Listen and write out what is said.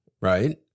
right